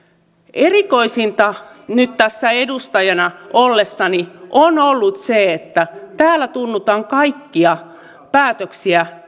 erikoisinta nyt tässä edustajana ollessani on ollut se että täällä tunnutaan kaikkia päätöksiä